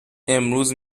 امروز